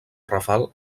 rafal